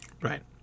Right